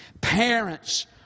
Parents